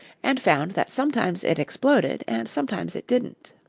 and found that sometimes it exploded and sometimes it didn't.